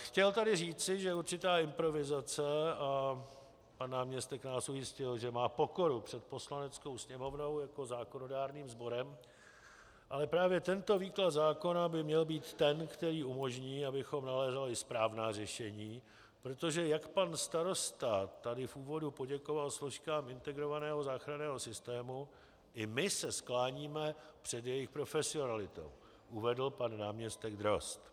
Chtěl tady říci, že určitá improvizace a pan náměstek nás ujistil, že má pokoru před Poslaneckou sněmovnou jako zákonodárným sborem, ale právě tento výklad zákona by měl být ten, který umožní, abychom nalézali správná řešení, protože jak pan starosta tady v úvodu poděkoval složkám integrovaného záchranného systému, i my se skláníme před jejich profesionalitou, uvedl pan náměstek Drozd.